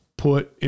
Put